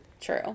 True